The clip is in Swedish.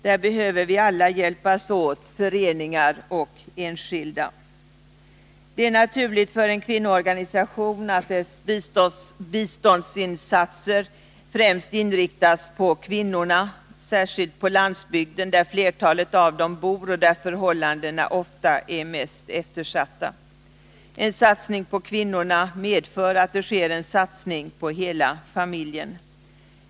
Där behöver vi alla hjälpas åt, föreningar och enskilda. Det är naturligt för en kvinnoorganisation att dess biståndsinsatser främst inriktas på kvinnorna, särskilt på landsbygden där flertalet av dem bor och där förhållandena ofta är mest eftersatta. En satsning på kvinnorna medför att det sker en satsning på hela familjen.